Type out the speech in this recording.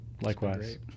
likewise